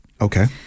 Okay